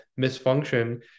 misfunction